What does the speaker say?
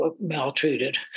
maltreated